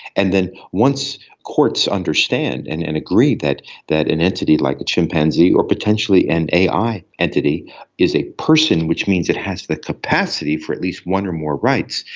and then once courts understand and and agree that that an entity like a chimpanzee or potentially an ai entity is a person, which means it has the capacity for at least one or more rights,